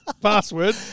Password